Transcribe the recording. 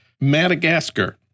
Madagascar